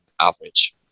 average